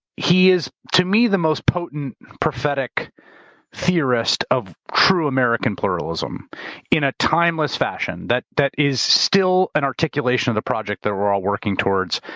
he is, to me, the most potent prophetic theorist of true american pluralism in a timeless fashion. fashion. that is still an articulation of the project that we're all working towards